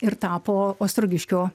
ir tapo ostrogiškio